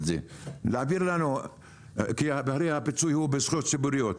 זה כי הרי הפיצוי הוא בזכויות ציבוריות.